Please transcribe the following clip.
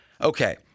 Okay